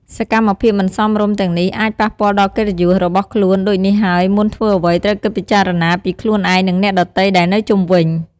សកម្មភាពមិនសមរម្យទាំងនេះអាចប៉ះពាល់ដល់កិត្តិយសរបស់ខ្លួន ដូចនេះហើយមុនធ្វើអ្វីត្រូវគិតពិចារណា ពីខ្លួនឯង និងអ្នកដទៃដែលនៅជុំវិញ។។